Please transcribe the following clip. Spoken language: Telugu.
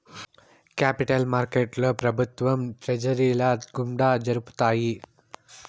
కేపిటల్ మార్కెట్లో ప్రభుత్వాలు ట్రెజరీల గుండా జరుపుతాయి